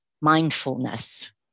mindfulness